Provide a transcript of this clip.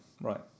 right